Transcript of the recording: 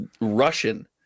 Russian